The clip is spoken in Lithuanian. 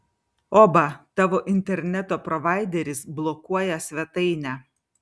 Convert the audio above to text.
oba tavo interneto provaideris blokuoja svetainę